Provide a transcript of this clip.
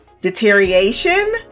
deterioration